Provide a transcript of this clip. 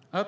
det här!